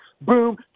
boom